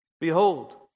Behold